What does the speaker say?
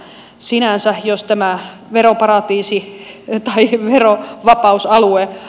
sinänsä jos tämä veroparatiisi että heihin hero ja osa alue